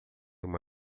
uma